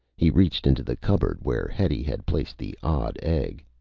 he reached into the cupboard where hetty had placed the odd egg.